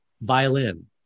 violin